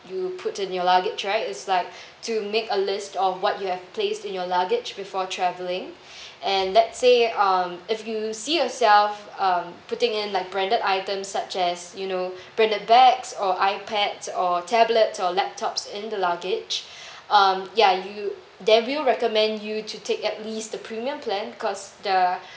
you put in your luggage right it's like to make a list of what you have placed in your luggage before travelling and let's say um if you see yourself um putting in like branded items such as you know branded bags or ipads or tablets or laptops in the luggage um ya you then we'll recommend you to take at least the premium plan because the